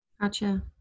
Gotcha